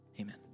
Amen